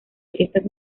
estas